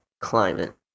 climate